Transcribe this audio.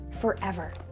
forever